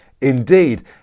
Indeed